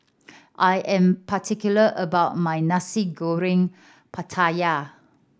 I am particular about my Nasi Goreng Pattaya